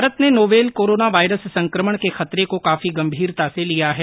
भारत ने novel corona virus संक्रमण के खतरे को काफी गंभीरता से लिया है